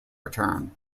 return